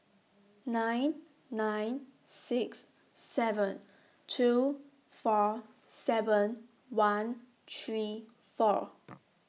nine nine six seven two four seven one three four